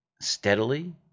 steadily